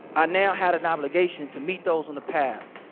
i now had an obligation to meet those on the path